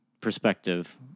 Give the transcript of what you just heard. perspective